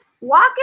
walk